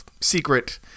secret